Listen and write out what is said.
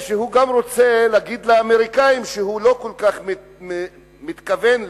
כשהוא גם רוצה להגיד לאמריקנים כשהוא לא כל כך מתכוון לזה.